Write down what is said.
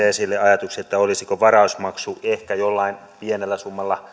esille ajatuksen olisiko varausmaksu ehkä jollain pienellä summalla